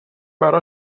برا